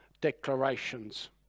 declarations